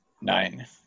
Nine